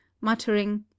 muttering